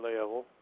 level